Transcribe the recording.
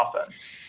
offense